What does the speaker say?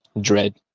Dread